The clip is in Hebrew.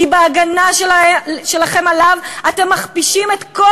כי בהגנה שלכם עליו אתם מכפישים את כל